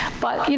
but, you